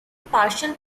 partial